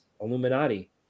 Illuminati